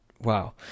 wow